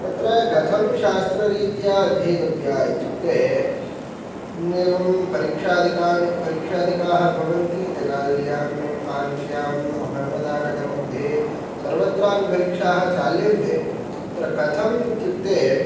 तत्र कथं शास्त्ररित्या अध्येतव्या इत्युक्ते एवं परीक्षादिकान् परीक्षादिकाः भवन्ति तेनाल्यां काञ्च्यां अहमदानगरमध्ये सर्वत्रापि परीक्षाः चाल्यन्ते तत्र कथम् इत्युक्ते